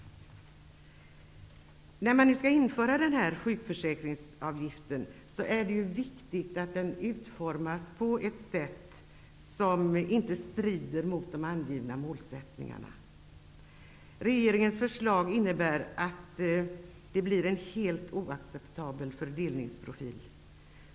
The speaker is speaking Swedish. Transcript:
Nu när sjukförsäkringsavgiften skall införas är det viktigt att den utformas på ett sätt som inte strider mot de angivna målsättningarna. Regeringens förslag innebär en helt oacceptabel fördelningsprofil.